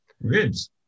Ribs